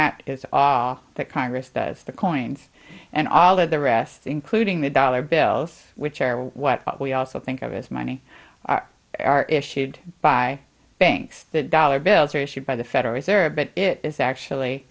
that is that congress does the coins and all of the rest including the dollar bills which are what we also think of as money are are issued by banks the dollar bills are issued by the federal reserve but it is actually